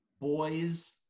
boys